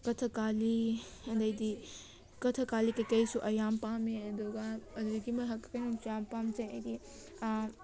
ꯀꯥꯊꯛꯀꯥꯂꯤ ꯑꯗꯩꯗꯤ ꯀꯥꯊꯛꯀꯥꯂꯤ ꯀꯩꯀꯩꯁꯨ ꯑꯩ ꯌꯥꯝ ꯄꯥꯝꯃꯦ ꯑꯗꯨꯒ ꯑꯗꯨꯗꯒꯤ ꯃꯣꯏ ꯍꯛ ꯀꯩꯅꯣꯝꯁꯨ ꯌꯥꯝ ꯄꯥꯝꯖꯩ ꯍꯥꯏꯗꯤ